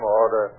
order